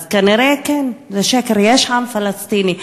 אז כנראה כן, זה שקר, יש עם פלסטיני.